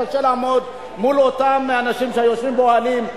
קשה לעמוד מול אותם אנשים שיושבים באוהלים,